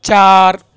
چار